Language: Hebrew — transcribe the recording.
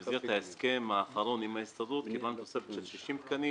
במסגרת ההסכם האחרון עם ההסתדרות קיבלנו תוספת של 60 תקנים,